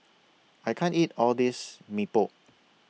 I can't eat All This Mee Pok